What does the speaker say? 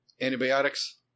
antibiotics